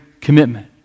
commitment